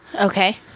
Okay